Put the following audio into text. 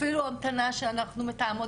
אפילו המתנה שאנחנו מתאמות